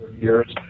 years